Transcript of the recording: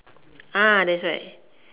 ah that's right